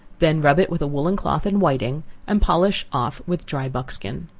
then rub it with a woollen cloth and whiting, and polish off with dry buckskin.